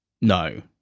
No